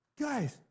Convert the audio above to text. Guys